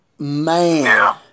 Man